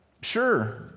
Sure